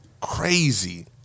crazy